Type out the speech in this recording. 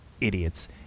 idiots